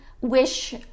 wish